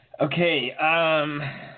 Okay